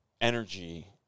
Energy